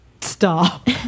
stop